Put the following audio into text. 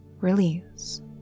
release